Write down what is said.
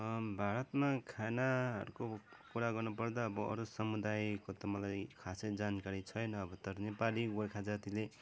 भारतमा खानाको कुरा गर्नु पर्दा अब अरू समुदायको त मलाई खासै जानकारी छैन अब तर नेपाली गोर्खा जातिले